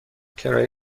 کرایه